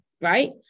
right